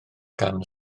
gan